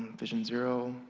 vision zero.